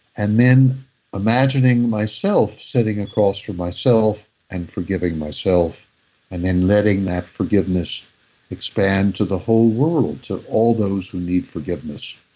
and then imagining myself sitting across from myself and forgiving myself and then letting that forgiveness expand to the whole world, to all those who need forgiveness,